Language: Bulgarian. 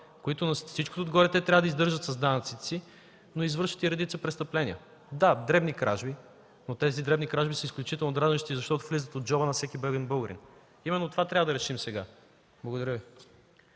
които на всичко отгоре трябва да издържат с данъците си, но извършват и редица престъпления. Да дребни кражби, но те са изключително дразнещи, защото излизат от джоба на всеки беден българин. Именно това трябва да решим сега. Благодаря Ви.